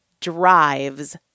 drives